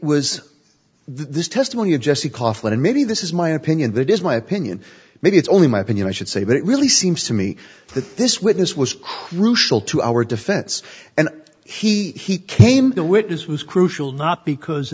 was this testimony of jesse kaufman and maybe this is my opinion that is my opinion maybe it's only my opinion i should say but it really seems to me that this witness was crucial to our defense and he came the witness was crucial not because